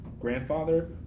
grandfather